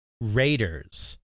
Raiders